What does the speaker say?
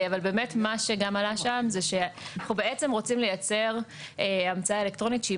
מה שגם עלה שם זה שאנחנו בעצם רוצים לייצר המצאה אלקטרונית שהיא